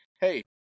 hey